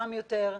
חם יותר,